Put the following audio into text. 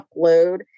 upload